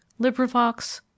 LibriVox